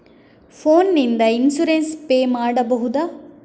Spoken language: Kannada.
ಫೋನ್ ನಿಂದ ಇನ್ಸೂರೆನ್ಸ್ ಪೇ ಮಾಡಬಹುದ?